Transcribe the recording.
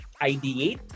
ideate